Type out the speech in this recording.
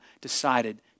decided